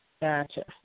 Gotcha